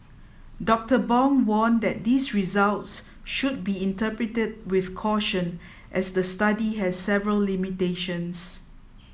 Doctor Bong warned that these results should be interpreted with caution as the study has several limitations